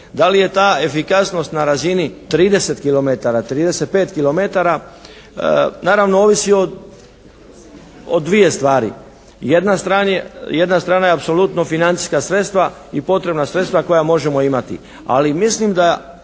Da li je ta efikasnost na razini 30 kilometara, 35 kilometara naravno ovisi o dvije stvari. Jedna strana je apsolutno financijska sredstva i potrebna sredstva koja možemo imati, ali mislim da